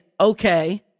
okay